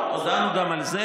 הודעתם על כסיף.